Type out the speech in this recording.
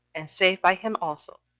and saved by him also,